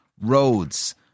roads